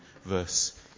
verse